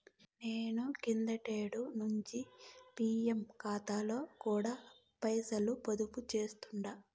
నేను కిందటేడు నించి పీఎఫ్ కాతాలో కూడా పైసలు పొదుపు చేస్తుండా